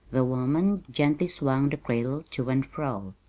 the woman gently swung the cradle to and fro.